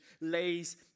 lays